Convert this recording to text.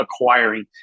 acquiring